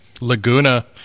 Laguna